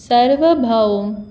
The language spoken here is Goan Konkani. सर्वभव